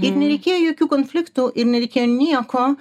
ir nereikėjo jokių konfliktų ir nereikėjo nieko